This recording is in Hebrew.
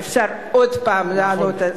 אפשר עוד הפעם להעלות את זה.